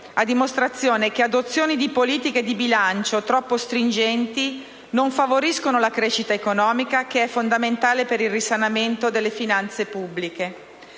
a dimostrazione che l'adozione di politiche di bilancio troppo stringenti non favorisce la crescita economica, che è fondamentale per il risanamento delle finanze pubbliche.